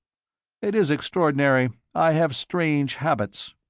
it is extraordinary. i have strange habits.